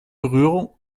berührung